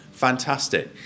Fantastic